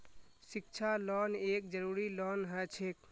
शिक्षा लोन एक जरूरी लोन हछेक